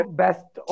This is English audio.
best